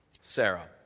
Sarah